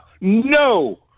No